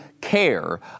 care